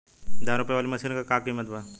धान रोपे वाली मशीन क का कीमत बा?